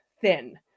thin